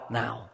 now